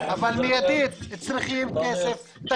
אבל צריכים כסף מיידית.